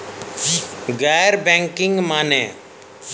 गैर बैंकिंग माने?